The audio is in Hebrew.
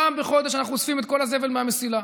פעם בחודש אנחנו אוספים את כל הזבל מהמסילה,